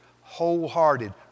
wholehearted